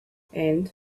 and